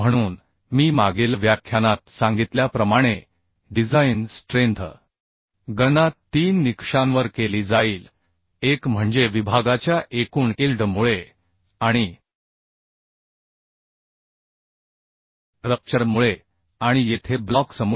म्हणून मी मागिल व्याख्यानात सांगितल्याप्रमाणे डिझाइन स्ट्रेंथ गणना तीन निकषांवर केली जाईल एक म्हणजे विभागाच्या एकूण इल्ड मुळे आणि रप्चर मुळे आणि येथे ब्लॉक्समुळे